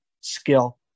skill